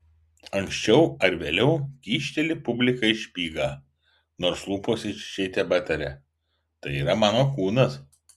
anksčiau ar vėliau kyšteli publikai špygą nors lūpos išdidžiai tebetaria tai yra mano kūnas